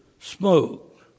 smoke